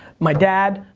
my dad,